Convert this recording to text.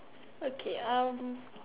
okay um